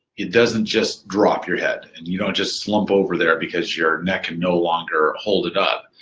it doesn't just drop your head. and you don't just slump over there because your neck can no longer hold it up.